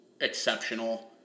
exceptional